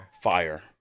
Fire